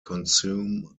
consume